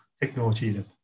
technology